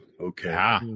Okay